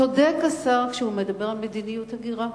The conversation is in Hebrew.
צודק השר כשהוא מדבר על מדיניות הגירה.